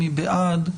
מי בעד?